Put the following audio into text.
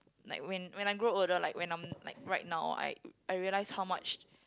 like when when I grow older like when I'm like right now I I realise how much